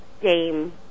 game